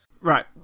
Right